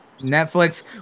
Netflix